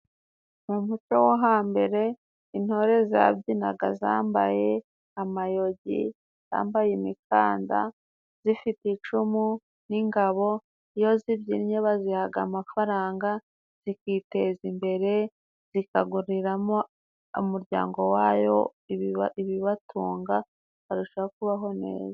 Mu muco go hambere intore zabyinaga zambaye amayogi, zambaye imikanda, zifite icumu n'ingabo. Iyo zibyinnye bazihaga amafaranga zikiteza imbere, zikaguriramo umuryango wayo ibibatunga, barushaho kubaho neza.